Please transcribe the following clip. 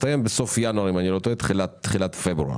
הוא הסתיים בסוף ינואר-תחילת פברואר.